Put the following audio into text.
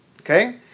okay